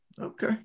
Okay